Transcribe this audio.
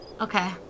Okay